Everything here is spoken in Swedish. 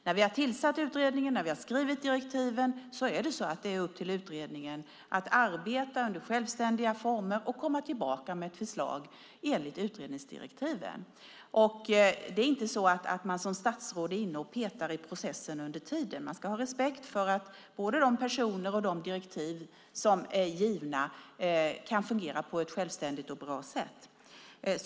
När vi har tillsatt utredningen och skrivit direktiven är det upp till utredningen att arbeta under självständiga former och komma tillbaka med ett förslag enligt utredningsdirektiven. Som statsråd är man inte inne och petar i processen under tiden. Man ska ha respekt för att de personer som är tillsatta och de direktiv som är givna kan fungera på ett självständigt och bra sätt.